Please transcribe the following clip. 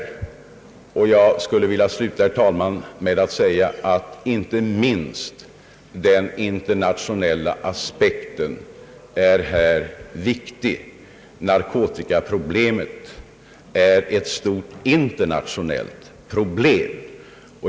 Jag vill sluta, herr talman, med att säga att inte minst den internationella aspekten är viktig. Narkotikaproblemet är stort även internationellt sätt.